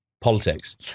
Politics